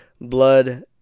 Blood